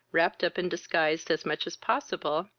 wrapped up and disguised as much as possible,